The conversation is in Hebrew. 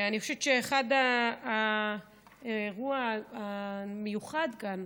אני חושבת שהאירוע המיוחד כאן,